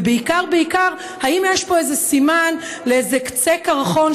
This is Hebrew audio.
ובעיקר בעיקר: האם יש פה איזה סימן לאיזה קצה קרחון,